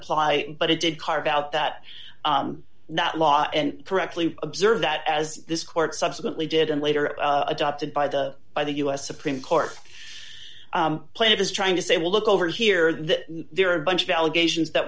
apply but it did carve out that that law and correctly observe that as this court subsequently did and later adopted by the by the u s supreme court planet is trying to say well look over here that there are a bunch of allegations that